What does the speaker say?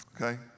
Okay